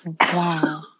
Wow